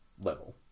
level